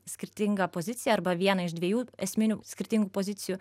skirtingą poziciją arba vieną iš dviejų esminių skirtingų pozicijų